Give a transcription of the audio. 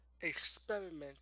experiment